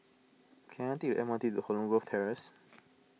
can I take the M R T to Holland Grove Terrace